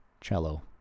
cello